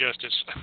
justice